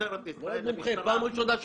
תת-ניצב גיא ניר, אני מאמין לך,